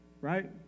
right